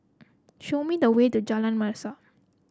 show me the way to Jalan Mesra